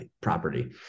property